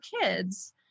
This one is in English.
kids